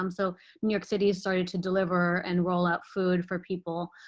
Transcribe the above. um so new york city started to deliver and roll out food for people.